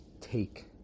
take